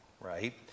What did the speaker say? right